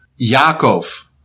Yaakov